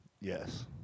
Yes